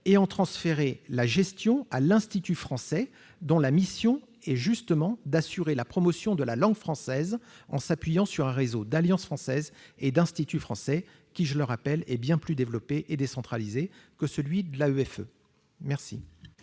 et à en transférer la gestion à l'Institut français, dont la mission est justement d'assurer la promotion de la langue française, en s'appuyant sur un réseau d'alliances françaises et d'instituts français, qui, je le répète, est bien plus développé et décentralisé que celui de l'AEFE. Vous